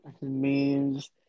Memes